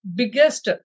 biggest